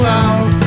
out